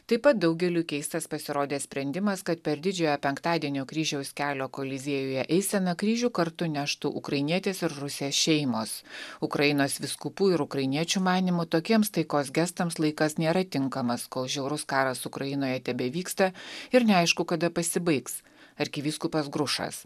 taip pat daugeliui keistas pasirodė sprendimas kad per didžiojo penktadienio kryžiaus kelio koliziejuje eiseną kryžių kartu neštų ukrainietės ir rusės šeimos ukrainos vyskupų ir ukrainiečių manymu tokiems taikos gestams laikas nėra tinkamas kol žiaurus karas ukrainoje tebevyksta ir neaišku kada pasibaigs arkivyskupas grušas